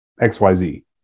xyz